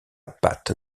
pâte